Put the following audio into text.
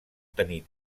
tenir